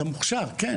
למוכשר, כן.